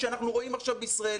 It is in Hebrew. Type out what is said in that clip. שאנחנו רואים עכשיו בישראל,